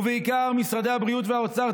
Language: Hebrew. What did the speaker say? ובעיקר משרדי הבריאות והאוצר,